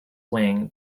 wang